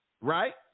right